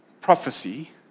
prophecy